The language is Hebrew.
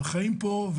חיים פה,